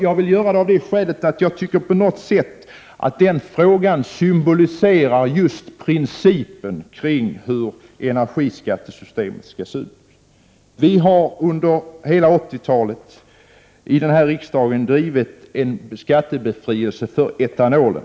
Jag vill göra det av det skälet att jag tycker att den frågan på något sätt symboliserar just principen för hur energiskattesystemet skall se ut. Vi har under hela 80-talet här i riksdagen drivit frågan om skattebefrielse för etanol.